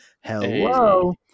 Hello